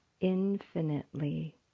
infinitely